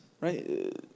right